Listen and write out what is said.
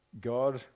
God